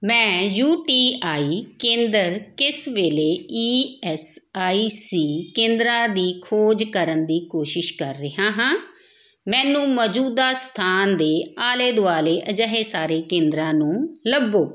ਮੈਂ U T I ਕੇਂਦਰ ਕਿਸ ਵੇਲੇ ਈ ਐੱਸ ਆਈ ਸੀ ਕੇਂਦਰਾਂ ਦੀ ਖੋਜ ਕਰਨ ਦੀ ਕੋਸ਼ਿਸ਼ ਕਰ ਰਿਹਾ ਹਾਂ ਮੈਨੂੰ ਮੌਜੂਦਾ ਸਥਾਨ ਦੇ ਆਲੇ ਦੁਆਲੇ ਅਜਿਹੇ ਸਾਰੇ ਕੇਂਦਰਾਂ ਨੂੰ ਲੱਭੋ